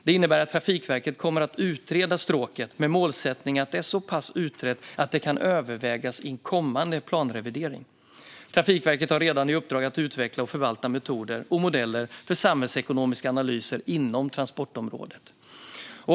Det innebär att Trafikverket kommer att utreda stråket med målsättning att det är så pass utrett att det kan övervägas i en kommande planrevidering. Trafikverket har redan i uppdrag att utveckla och förvalta metoder och modeller för samhällsekonomiska analyser inom transportområdet.